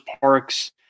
parks